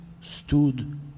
stood